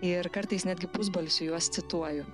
ir kartais netgi pusbalsiu juos cituoju